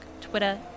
Twitter